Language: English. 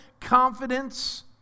confidence